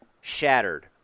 shattered